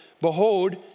behold